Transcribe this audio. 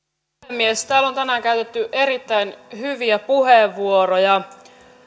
puhemies täällä on tänään käytetty erittäin hyviä puheenvuoroja